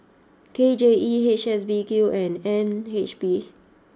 K J E H S B Q and N H B